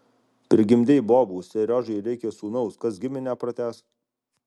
prigimdei bobų seriožai reikia sūnaus kas giminę pratęs